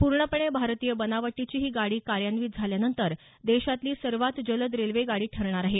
पूर्णपणे भारतीय बनवटीची ही गाडी कार्यान्वित झाल्यानंतर देशातली सर्वात जलद रेल्वे गाडी ठरणार आहे